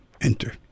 enter